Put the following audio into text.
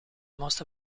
most